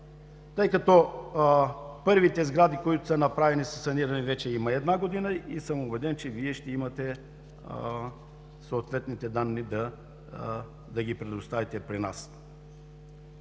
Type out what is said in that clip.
тъй като първите сгради, които са санирани, вече са от една година и съм убеден, че Вие ще имате съответните данни да ги предоставите при нас.